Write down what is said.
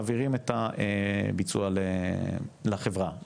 מעבירים את הביצוע לחברה,